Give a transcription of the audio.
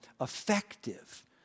effective